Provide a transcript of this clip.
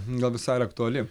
gal visai ir aktuali